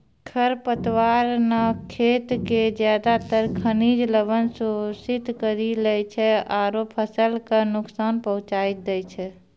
खर पतवार न खेत के ज्यादातर खनिज लवण शोषित करी लै छै आरो फसल कॅ नुकसान पहुँचाय दै छै